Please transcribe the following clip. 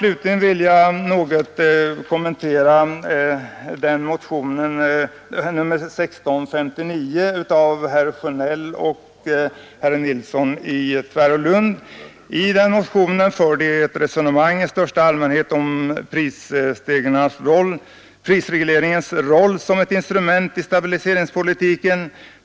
Slutligen vill jag något kommentera motionen 1659 av herrar Sjönell och Nilsson i Tvärålund. I den motionen för motionärerna ett resonemang i största allmänhet om prisregleringens roll som ett instrument i stabiliseringspolitiken.